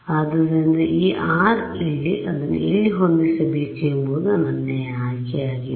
ಆದ್ದರಿಂದ ಈ ಆರ್ ಇಲ್ಲಿ ಅದನ್ನು ಎಲ್ಲಿ ಹೊಂದಿಸಬೇಕು ಎಂಬುದು ನನ್ನ ಆಯ್ಕೆಯಾಗಿದೆ